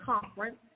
conference